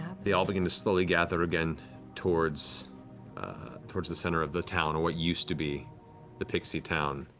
they all begin to slowly gather again towards towards the center of the town, or what used to be the pixie town.